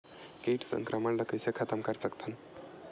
कीट संक्रमण ला कइसे खतम कर सकथन?